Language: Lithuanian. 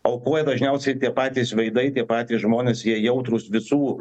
aukoja dažniausiai tie patys veidai tie patys žmonės jie jautrūs visų